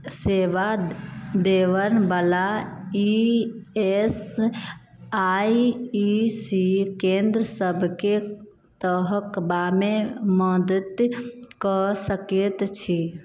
सेवा देवै वाला E S I E C केन्द्र सबके तहकबामे मदति कऽ सकैत छी